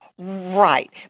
Right